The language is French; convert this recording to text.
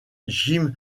jim